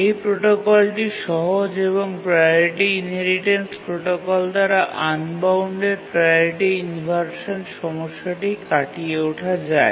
এই প্রোটোকলটি সহজ এবং প্রাওরিটি ইনহেরিটেন্স প্রোটোকল দ্বারা আনবাউন্ডেড প্রাওরিটি ইনভারশান সমস্যাটি কাটিয়ে ওঠা যায়